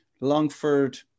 Longford